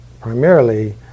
Primarily